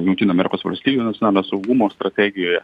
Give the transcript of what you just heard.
jungtinių amerikos valstijų nacionalinio saugumo strategijoje